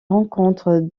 rencontre